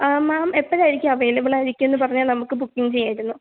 മാം എപ്പോഴായിരിക്കും അവൈലബിൾ ആയിരിക്കും എന്ന് പറഞ്ഞാൽ നമുക്ക് ബുക്കിങ്ങ് ചെയ്യാമായിരുന്നു